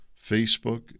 Facebook